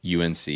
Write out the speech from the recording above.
UNC